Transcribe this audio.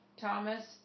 Thomas